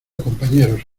compañeros